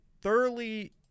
thoroughly—